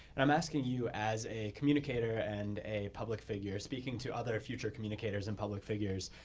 and i'm asking you as a communicator and a public figure speaking to other future communicators and public figures,